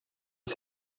est